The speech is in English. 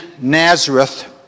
Nazareth